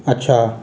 अच्छा